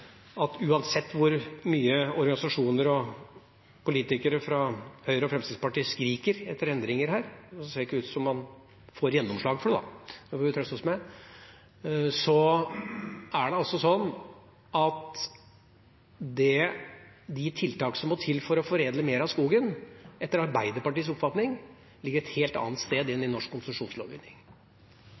at uansett hvor mye organisasjoner og politikere fra Høyre og Fremskrittspartiet skriker etter endringer her, ser det ikke ut som om man får gjennomslag for det. Det får vi trøste oss med. De tiltak som må til for å foredle mer av skogen, ligger etter Arbeiderpartiets oppfatning et helt annet sted enn i norsk konsesjonslovgivning.